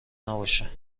نباشه